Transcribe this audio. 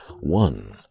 one